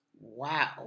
wow